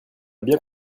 bien